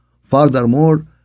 furthermore